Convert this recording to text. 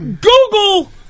Google